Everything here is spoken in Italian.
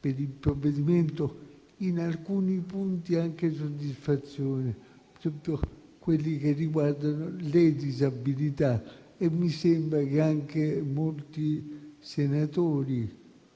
per il provvedimento e, in alcuni punti, anche la mia soddisfazione, soprattutto per ciò che riguarda le disabilità. Mi sembra che anche molti senatori